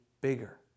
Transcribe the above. bigger